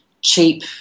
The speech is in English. cheap